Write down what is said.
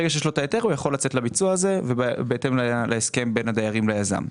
ברגע שיש את ההיתר הוא יכול לצאת לביצוע בהתאם להסכם בין הדיירים ליזם.